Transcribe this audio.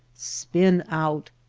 spin out,